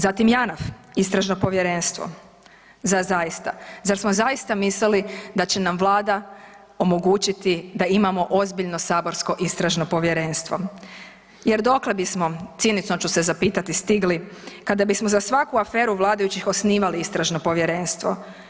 Zatim JANAF, istražno povjerenstvo, zar zaista, zar smo zaista mislili da će nam Vlada omogućiti da imamo ozbiljno saborsko istražno povjerenstvo, jer dokle bismo, cinično ću se zapitati stigli kada bismo za svaku aferu vladajućih osnivali istražno povjerenstvo.